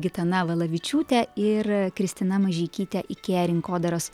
gitana valavičiūtė ir kristina mažeikytė ikea rinkodaros